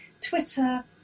Twitter